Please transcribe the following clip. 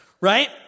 right